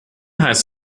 heißt